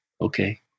okay